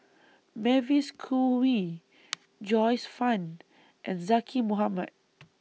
Mavis Khoo Oei Joyce fan and Zaqy Mohamad